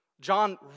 John